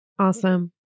Awesome